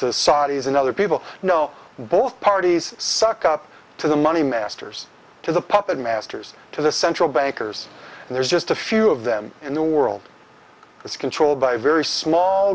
saudis and other people know both parties suck up to the money masters to the puppet masters to the central bankers and there's just a few of them in the world it's controlled by a very small